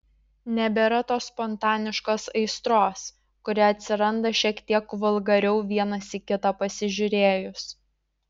nebėra tos spontaniškos aistros kuri atsiranda šiek tiek vulgariau vienas į kitą pasižiūrėjus